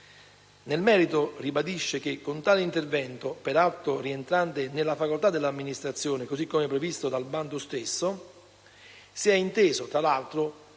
Nel merito, si ribadisce che con tale intervento - peraltro rientrante nella facoltà dell'amministrazione, così come previsto nel bando concorsuale - si è inteso, tra l'altro,